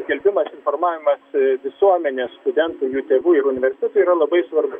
skelbimas ir formavimas visuomenės studentų jų tėvų ir universitetui yra labai svarbu